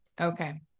Okay